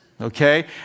okay